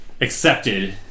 accepted